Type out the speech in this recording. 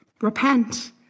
Repent